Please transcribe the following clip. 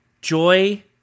Joy